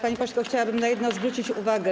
Panie pośle, chciałabym na jedno zwrócić uwagę.